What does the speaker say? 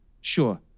Sure